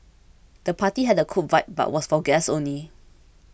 the party had a cool vibe but was for guests only